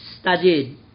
studied